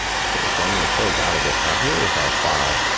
okay, so i'm gonna close out of it. now here is our file.